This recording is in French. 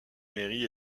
mairie